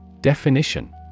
Definition